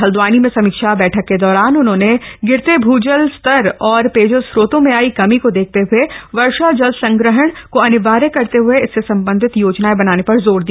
हल्दवानी में समीक्षा बैठक के दौरान उन्होंने गिरते भूजल स्तर और पेयजल स्रोतों में आई कमी को देखते हुए वर्षा जल संग्रहण को अनिवार्य करते हुए इससे सम्बन्धित योजनाएं बनाने पर जोर दिया